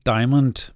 Diamond